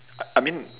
I I mean